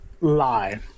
lie